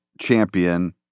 champion